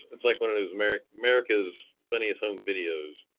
it's like one of those america's america's funniest home videos.